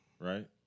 right